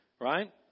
Right